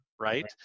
Right